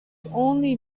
only